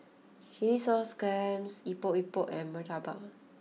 Chilli Sauce Clams Epok Epok and Murtabak